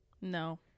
No